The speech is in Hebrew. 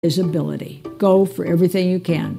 איזו בילדי. Go for everything you can.